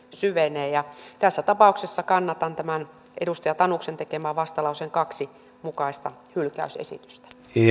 syvenee tässä tapauksessa kannatan edustaja tanuksen tekemää vastalauseen kaksi mukaista hylkäysesitystä